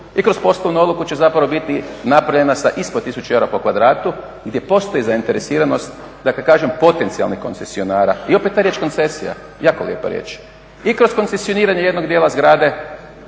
i kroz poslovnu odluku će zapravo biti napravljena sa ispod 1000 eura po kvadratu gdje postoji zainteresiranost kažem potencijalnih koncesionara. I opet ta riječ koncesija, jako lijepa riječ. I kroz koncesioniranje jednog dijela zgrade